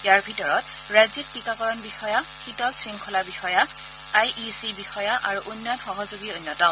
ইয়াৰ ভিতৰত ৰাজ্যিক টীকাকৰণ বিষয়া শীতল শৃংখলা বিষয়া আই ই চি বিষয়া আৰু উন্নয়ন সহযোগী অন্যতম